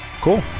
cool